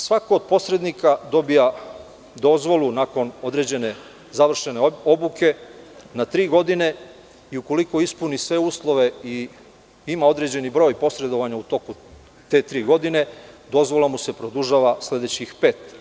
Svako od posrednika dobija dozvolu nakon određene završene obuke na tri godine i ukoliko ispuni sve uslove i ima određeni broj posredovanja u toku te tri godine, dozvola mu se produžava sledećih pet.